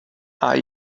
are